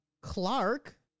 Clark